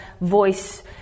voice